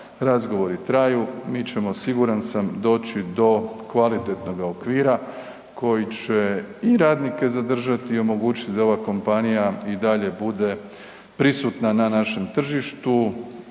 razgovori traju, mi ćemo siguran sam doći do kvalitetnog okvira koji će i radnike zadržati i omogućiti da ova kompanija i dalje bude prisutna na našem tržištu